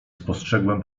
spostrzegłem